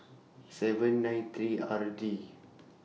seven nine three R D